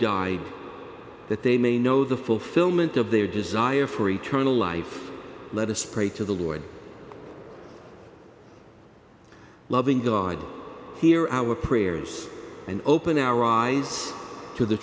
died that they may know the fulfillment of their desire for eternal life let us pray to the lord loving god hear our prayers and open our eyes to